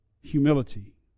humility